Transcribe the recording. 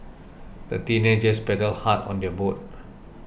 the teenagers paddled hard on their boat